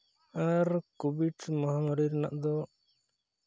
ᱟᱨ Covid ᱢᱚᱦᱟᱢᱟᱨᱤ ᱨᱮᱱᱟᱜ ᱫᱚ